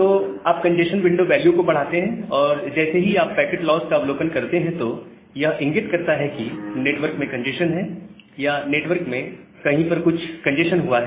तो आप congestion window value को बढ़ाते हैं और जैसे ही आप पैकेट लॉस का अवलोकन करते हैं तो यह इंगित करता है कि नेटवर्क में कंजेस्शन है या नेटवर्क में कहीं पर कुछ कंजेस्शन हुआ है